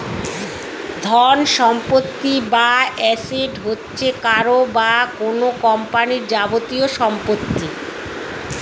ধনসম্পত্তি বা অ্যাসেট হচ্ছে কারও বা কোন কোম্পানির যাবতীয় সম্পত্তি